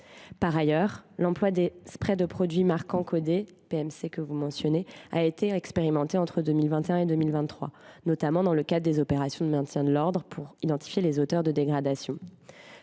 mentionné l’emploi de sprays de produits de marquage codés (PMC). Cette approche a été expérimentée entre 2021 et 2023, notamment dans le cadre des opérations de maintien de l’ordre, pour identifier les auteurs de dégradations.